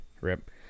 rip